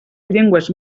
llengües